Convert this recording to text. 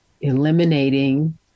eliminating